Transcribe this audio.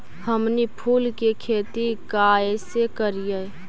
हमनी फूल के खेती काएसे करियय?